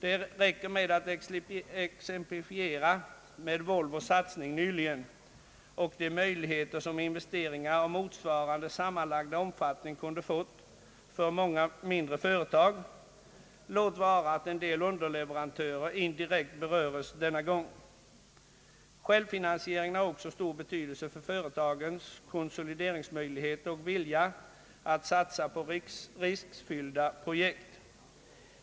Det räcker med att exemplifiera med Volvos satsning nyligen och de möjligheter som investeringar av motsvarande sammanlagda omfattning kunde ha fått för många mindre företag, låt vara att en del underleverantörer indirekt berörs denna gång. Självfinansieringen har också stor betydelse för företagens konsolideringsmöjligheter och vilja att satsa på riskfyllda projekt.